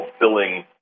fulfilling